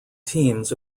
teams